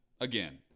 Again